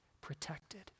protected